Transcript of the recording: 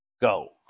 go